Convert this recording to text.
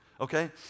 Okay